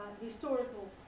historical